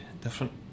different